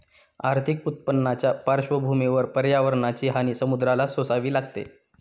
आर्थिक उत्पन्नाच्या पार्श्वभूमीवर पर्यावरणाची हानी समुद्राला सोसावी लागते